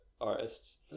artists